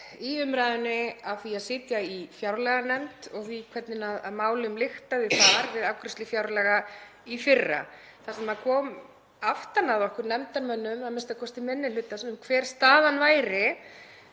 í umræðunni af því að sitja í fjárlaganefnd og því hvernig málum lyktaði við afgreiðslu fjárlaga í fyrra. Það sem kom aftan að okkur nefndarmönnum, a.m.k. minni hlutans, um hver staðan væri